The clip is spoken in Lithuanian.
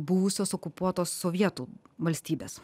buvusios okupuotos sovietų valstybės